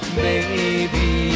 baby